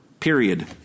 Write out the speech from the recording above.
Period